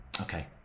okay